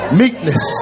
meekness